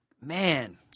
Man